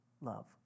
love